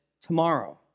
tomorrow